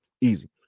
Easy